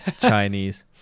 Chinese